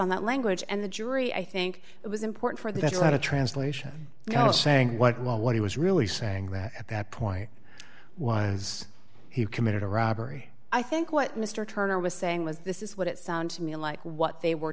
on that language and the jury i think it was important for that's not a translation you know saying what what he was really saying that at that point was he committed a robbery i think what mr turner was saying was this is what it sounds to me like what they were